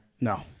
No